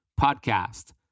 podcast